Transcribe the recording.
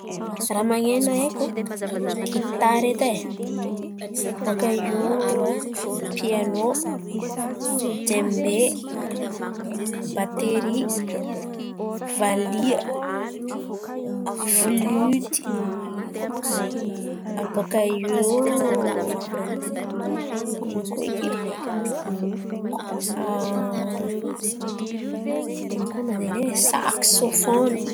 Raha man̈aina haiko: gitara edy e, bòka iô pianô, jembe, batery, valiha, filoty. Abôkaiô ino koa eky? Ino koa ma izy in̈y e? Sakisôfôny.